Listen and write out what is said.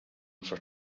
for